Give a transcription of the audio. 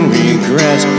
regret